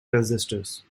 transistors